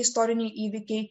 kokie istoriniai įvykiai